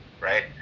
right